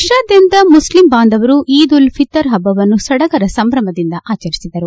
ದೇಶಾದ್ಯಂತ ಮುಸ್ಲಿಂ ಬಾಂಧವರು ಈದ್ ಉಲ್ ಫಿತ್ತರ್ ಪಭ್ಯವನ್ನು ಸಡಗರ ಸಂಭ್ಯಮದಿಂದ ಆಚರಿಸಿದರು